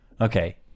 okay